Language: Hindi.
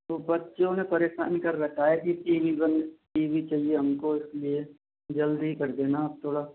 तो बच्चों ने परेशान कर रखा है कि टी वी बंद टी वी चाहिए हमको इसलिए जल्दी कर देना आप थोड़ा